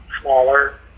smaller